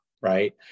right